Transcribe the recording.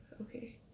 Okay